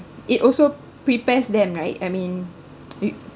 it also prepares them right I mean you